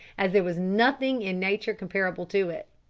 as there was nothing in nature comparable to it.